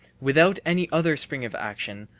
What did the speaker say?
without any other spring of action,